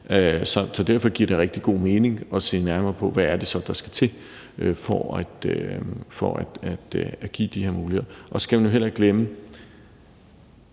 Så derfor giver det rigtig god mening at se nærmere på, hvad det så er, der skal til for at give de her muligheder. Så skal man jo heller ikke glemme,